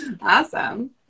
awesome